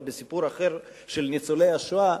אבל בסיפור אחר של ניצולי השואה,